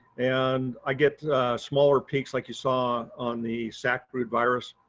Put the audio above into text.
and i get smaller peaks like you saw on the sacbrood virus.